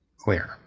Clear